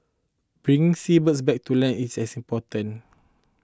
bringing seabirds back to land is important